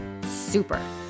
super